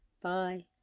Bye